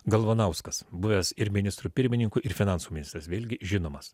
galvanauskas buvęs ir ministru pirmininku ir finansų ministras vėlgi žinomas